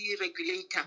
regulator